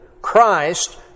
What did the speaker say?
Christ